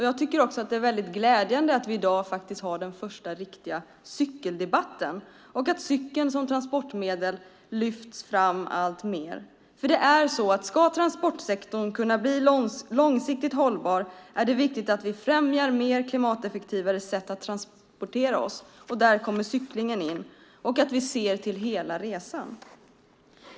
Jag tycker att det är glädjande att vi i dag har den första riktiga cykeldebatten och att cykeln som transportmedel lyfts fram alltmer. Det är nämligen så att om transportsektorn ska kunna bli långsiktigt hållbar är det viktigt att vi främjar mer klimateffektiva sätt att transportera oss - där kommer cyklingen in - och att vi ser till hela resan.